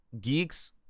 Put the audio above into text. Geeks